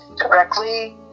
directly